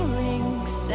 links